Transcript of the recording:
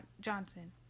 Johnson